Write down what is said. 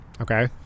Okay